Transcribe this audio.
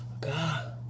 God